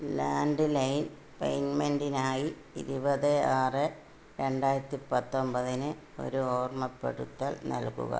landline പേയ്മെൻറിനായി ഇരുപത് ആറ് രണ്ടായിരത്തി പത്തൊമ്പതിന് ഒരു ഓർമ്മപ്പെടുത്തൽ നൽകുക